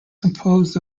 composed